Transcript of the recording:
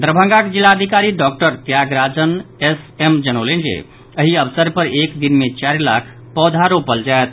दरभंगाक जिलाधिकारी doctor Tyagarajan S M जनौलनि जे एहि अवसर पर एक दिन मे चारि लाख पौधा रोपल जायत